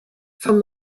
from